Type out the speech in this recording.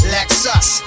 Lexus